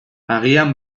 agian